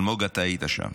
אלמוג, אתה היית שם.